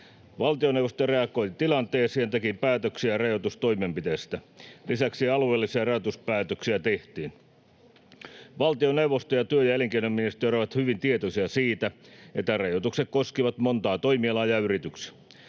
Valtioneuvosto reagoi tilanteeseen ja teki päätöksiä rajoitustoimenpiteistä. Lisäksi alueellisia rajoituspäätöksiä tehtiin. Valtioneuvosto ja työ- ja elinkeinoministeriö ovat hyvin tietoisia siitä, että rajoitukset koskivat monen toimialan yrityksiä.